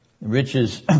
riches